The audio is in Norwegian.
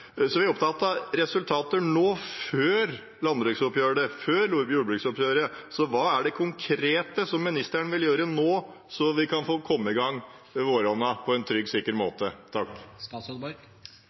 Vi er opptatt av resultater nå, før jordbruksoppgjøret. Hva er det konkrete statsråden vil gjøre nå, så vi kan få kommet i gang med våronna på en trygg og sikker